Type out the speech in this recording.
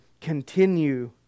Continue